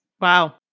Wow